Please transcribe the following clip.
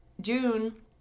June